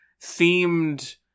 themed